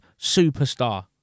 superstar